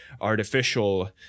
artificial